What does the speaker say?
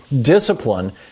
discipline